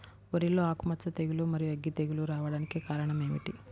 వరిలో ఆకుమచ్చ తెగులు, మరియు అగ్గి తెగులు రావడానికి కారణం ఏమిటి?